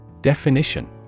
Definition